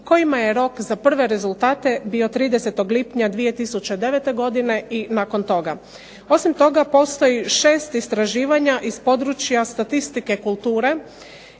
kojima je rok za prve rezultate bio 30. lipnja 2009. godine i nakon toga. Osim toga postoji 6 istraživanja iz područja statistike kulture